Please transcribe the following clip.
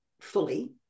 fully